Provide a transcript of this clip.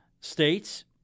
states